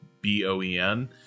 B-O-E-N